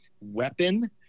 weapon